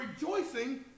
rejoicing